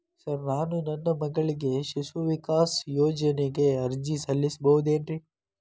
Sir ನಾನು ನನ್ನ ಮಗಳಿಗೆ ಶಿಶು ವಿಕಾಸ್ ಯೋಜನೆಗೆ ಅರ್ಜಿ ಸಲ್ಲಿಸಬಹುದೇನ್ರಿ?